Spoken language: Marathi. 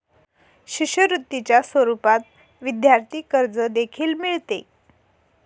शिष्यवृत्तीच्या स्वरूपात विद्यार्थी कर्ज देखील मिळते